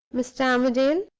mr. armadale!